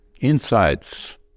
insights